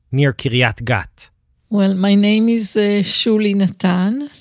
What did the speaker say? near kiriyat gat well, my name is ah shuly natan,